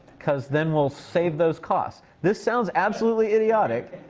cause then we'll save those costs. this sounds absolutely idiotic,